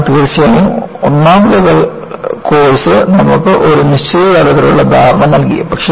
അതിനാൽ തീർച്ചയായും ഒന്നാം ലെവൽ കോഴ്സ് നമുക്ക് ഒരു നിശ്ചിത തലത്തിലുള്ള ധാരണ നൽകി